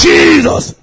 Jesus